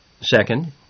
Second